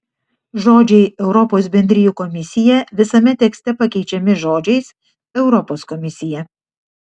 žodžiai europos bendrijų komisija visame tekste pakeičiami žodžiais europos komisija